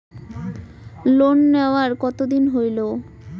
Loan নেওয়ার কতদিন হইল?